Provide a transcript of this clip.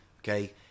okay